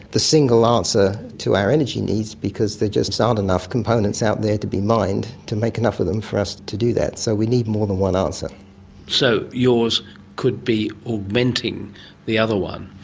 the single answer to our energy needs because there just aren't enough components out there to be mined to make enough of them for us to do that. so we need more than one answer. so yours could be augmenting the other one.